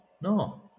no